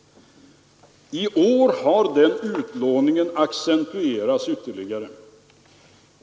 I år har den utlåningen accentuerats ytterligare.